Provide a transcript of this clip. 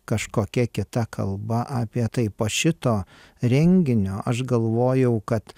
kažkokia kita kalba apie tai po šito renginio aš galvojau kad